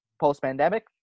post-pandemic